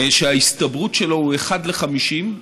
שההסתברות לכך היא 1 ל-50,